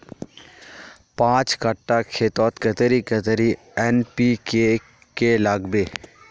पाँच कट्ठा खेतोत कतेरी कतेरी एन.पी.के के लागबे?